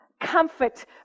comfort